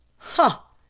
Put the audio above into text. ha!